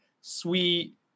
sweet